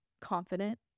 confident